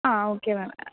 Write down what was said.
ആ ഓക്കെ മാം